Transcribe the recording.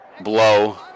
Blow